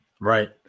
right